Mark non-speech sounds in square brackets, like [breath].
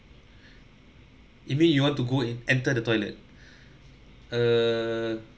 you mean you want to go and enter the toilet [breath] err